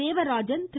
Devarajan Thiru